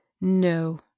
No